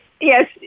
Yes